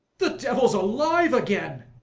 the devil's alive again!